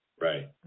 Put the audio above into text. Right